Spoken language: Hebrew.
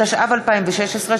התשע"ו 2016,